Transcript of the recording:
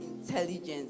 intelligence